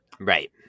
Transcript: Right